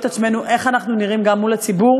עצמנו איך אנחנו נראים גם מול הציבור,